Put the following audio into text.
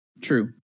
True